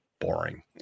boring